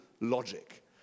logic